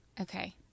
Okay